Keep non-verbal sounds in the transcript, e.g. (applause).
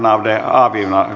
(unintelligible) av de avigivna